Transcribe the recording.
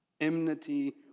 enmity